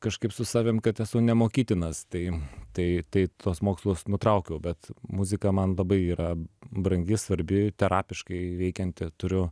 kažkaip su savim kad esu nemokytinas tai tai tai tuos mokslus nutraukiau bet muzika man labai yra brangi svarbi terapiškai veikianti turiu